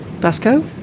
Basco